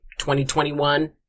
2021